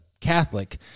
Catholic